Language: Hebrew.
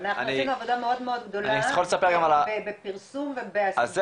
אני --- אנחנו עשינו עבודה מאוד גדולה בפרסום ובהסברה,